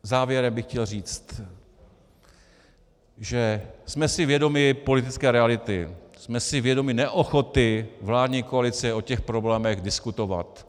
Závěrem bych chtěl říct, že jsme si vědomi politické reality, jsme si vědomi neochoty vládní koalice o těch problémech diskutovat.